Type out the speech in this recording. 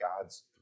God's